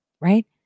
right